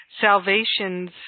salvation's